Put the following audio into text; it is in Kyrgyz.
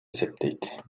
эсептейт